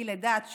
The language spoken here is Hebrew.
מגיל לידה עד 19,